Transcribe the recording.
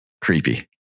creepy